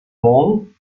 moon